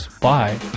bye